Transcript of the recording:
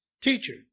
teacher